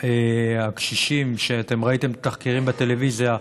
הקשישים שאתם ראיתם בתחקירים בטלוויזיה.